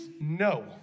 no